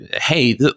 Hey